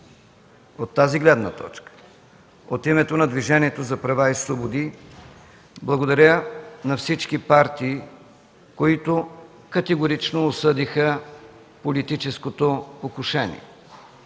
От тази гледна точка, от името на Движението за права и свободи благодаря на всички партии, които категорично осъдиха политическото покушение.